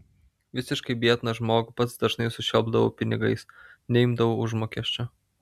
visiškai biedną žmogų pats dažnai sušelpdavau pinigais neimdavau užmokesčio